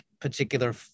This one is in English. particular